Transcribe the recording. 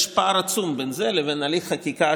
יש פער עצום בין זה לבין הליך חקיקה,